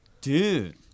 Dude